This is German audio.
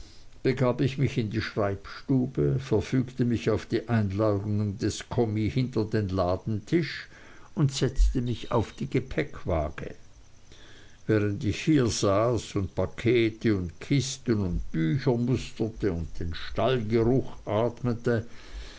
begab ich mich in die schreibstube verfügte mich auf die einladung des kommis hinter den ladentisch und setzte mich auf die gepäckwage während ich hier saß und pakete und kisten und bücher musterte und den stallgeruch